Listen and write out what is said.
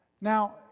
Now